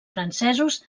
francesos